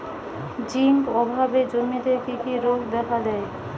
Zinc অভাবে জমিতে কি কি রোগ দেখাদেয়?